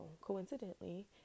coincidentally